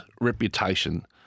reputation